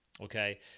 Okay